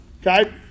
Okay